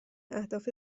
اهداف